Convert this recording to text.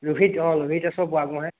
ৰোহিত অঁ ৰোহিত দাসো